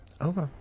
Okay